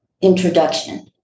Introduction